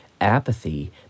Apathy